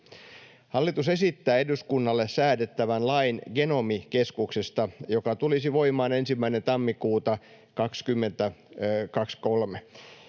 Hallitus esittää eduskunnalle säädettävän lain Genomikeskuksesta, joka tulisi voimaan 1. tammikuuta 2023.